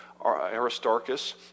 Aristarchus